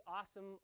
awesome